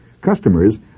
customers